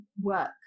work